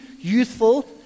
youthful